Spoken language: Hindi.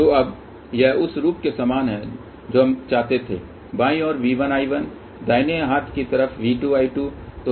तो अब यह उस रूप के समान है जो हम चाहते थे बाईं ओर V1 I1 दाहिने हाथ की तरफ V2 I2